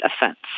offense